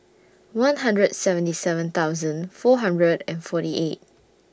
one hundred and seventy seven thousand four hundred and forty eight